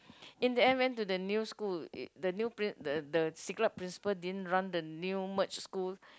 in the end went to the new school uh the new pri~ the the Siglap principal didn't run the new merged school